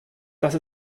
dass